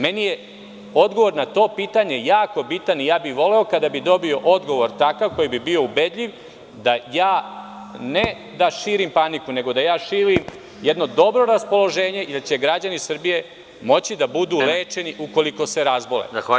Meni je odgovor na to pitanje jako bitan i voleo bih kada bi dobio odgovor takav koji bi bio ubedljiv da ne da širim paniku, nego da širim dobro raspoloženje jer će građani Srbije moći da budu lečeni ukoliko se razbole.